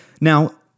Now